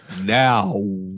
Now